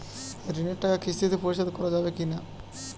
ঋণের টাকা কিস্তিতে পরিশোধ করা যাবে কি না?